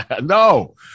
No